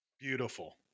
Beautiful